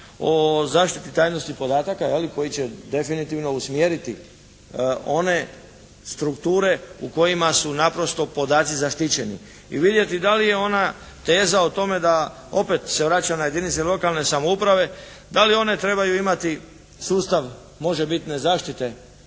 o zaštiti tajnosti podataka je li koji će definitivno usmjeriti one strukture u kojima su naprosto podaci zaštićeni i vidjeti da li je ona teza o tome da opet se vraćam na jedinice lokalne samouprave da li one trebaju imati sustav možebitne zaštite